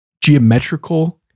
geometrical